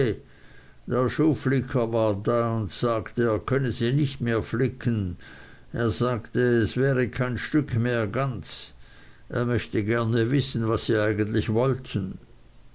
und sagte er könne sie nicht mehr flicken er sagte es wäre kein stück mehr ganz er möchte gerne wissen was sie eigentlich wollten